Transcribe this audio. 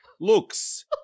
Looks